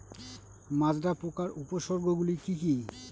মাজরা পোকার উপসর্গগুলি কি কি?